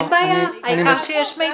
יפה.